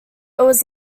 was